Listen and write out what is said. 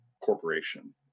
corporation